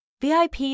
VIP